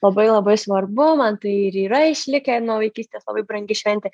labai labai svarbu man tai ir yra išlikę nuo vaikystės labai brangi šventė